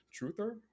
truther